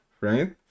right